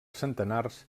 centenars